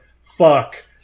fuck